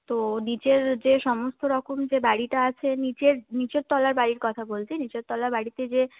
তো নীচের যে সমস্ত রকম যে বাড়িটা আছে নীচের নীচের তলার বাড়ির কথা বলছি নীচের তলার বাড়িতে যে